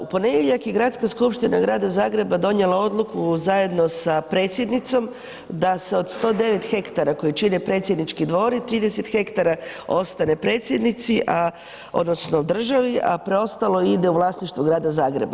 U ponedjeljak je Gradska skupština Grada Zagreba donijela odluku zajedno sa predsjednicom da se od 109 hektara koji čine predsjednički dvor i 30 hektara ostane predsjednici, odnosno državi, a preostalo ide u vlasništvo Grada Zagreba.